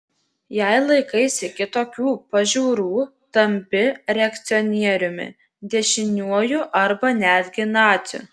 jei laikaisi kitokių pažiūrų tampi reakcionieriumi dešiniuoju arba netgi naciu